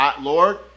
Lord